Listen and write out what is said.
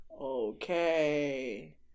Okay